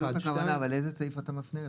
לאיזה סעיף אתה מפנה?